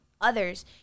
others